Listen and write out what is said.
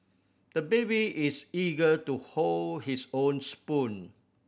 the baby is eager to hold his own spoon